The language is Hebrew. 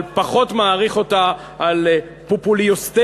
אבל פחות מעריך אותה על פופוליסטיותה,